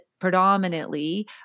predominantly